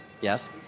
Yes